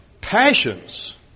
passions